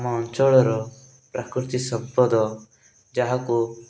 ଆମ ଅଞ୍ଚଳର ପ୍ରାକୃତି ସମ୍ପଦ ଯାହାକୁ